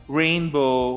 rainbow